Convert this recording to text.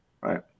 Right